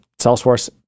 Salesforce